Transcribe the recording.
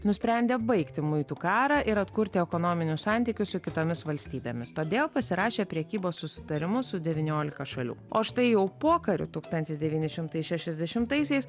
nusprendė baigti muitų karą ir atkurti ekonominius santykius su kitomis valstybėmis todėl pasirašė prekybos susitarimus su devyniolika šalių o štai jau pokariu tūkstantis devyni šimtai šešiasdešimtaisiais